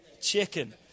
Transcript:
Chicken